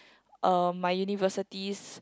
um my university's